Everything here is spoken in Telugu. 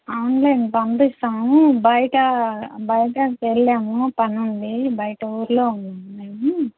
అవును లేండి పంపిస్తాము బయట బయటకి వెళ్ళాము పని ఉండి బయట ఊర్లో ఉన్నాము మేము